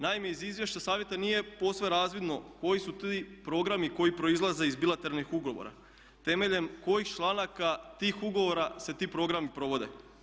Naime, iz izvješća Savjeta nije posve razvidno koji su ti programi koji proizlaze iz bilateralnih ugovora, temeljem kojih članaka tih ugovora se ti programi provode.